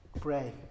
pray